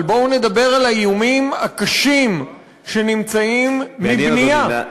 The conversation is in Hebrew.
אבל בואו נדבר על האיומים הקשים שנמצאים מבנייה.